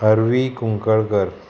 Harvi Kunkalkar